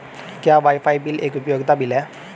क्या wifi bill एक उपयोगिता बिल है?